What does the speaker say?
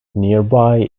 nearby